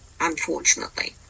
unfortunately